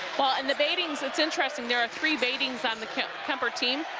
ah and the baddings, it's interesting, there are three baddings on the kuemper team.